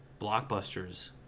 blockbusters